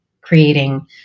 creating